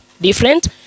different